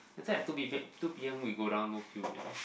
later at two people two P_M we go down no queue already